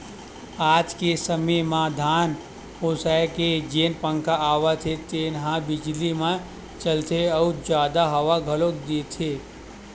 आज के समे म धान ओसाए के जेन पंखा आवत हे तेन ह बिजली म चलथे अउ जादा हवा घलोक देथे